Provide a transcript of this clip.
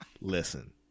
listen